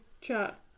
chat